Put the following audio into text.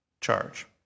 charge